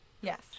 Yes